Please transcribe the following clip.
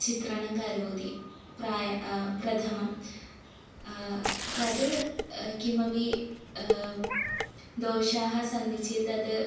चित्रणं करोति प्रायः प्रथमं तत् किमपि दोषाः सन्ति चेत् तत्